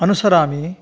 अनुसरामि